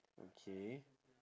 okay